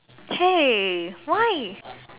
hey why